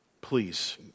Please